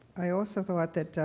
i also thought that,